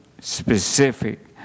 specific